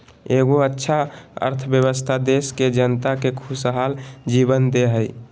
एगो अच्छा अर्थव्यवस्था देश के जनता के खुशहाल जीवन दे हइ